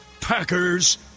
Packers